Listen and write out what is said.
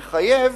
הוא מחייב,